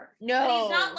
No